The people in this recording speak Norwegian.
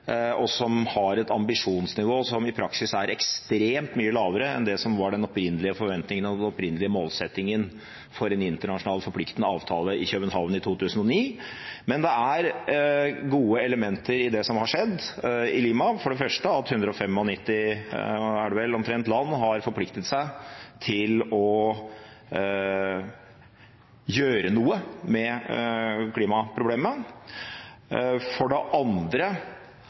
og som har et ambisjonsnivå som i praksis er ekstremt mye lavere enn det som var den opprinnelige forventningen og den opprinnelige målsettingen for en internasjonal forpliktende avtale i København i 2009. Men det er gode elementer i det som har skjedd i Lima. For det første har 195 land – er det vel omtrent – forpliktet seg til å gjøre noe med klimaproblemene. For det andre